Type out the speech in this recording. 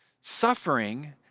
Suffering